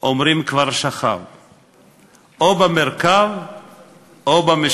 אומרים: כבר שכב.// או יעלה מרכב,/ או יעלה